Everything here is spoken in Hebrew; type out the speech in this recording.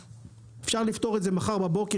אפשר לפתור את זה מחר בבוקר,